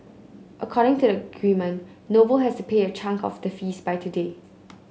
according to the agreement Noble has to pay a chunk of the fees by today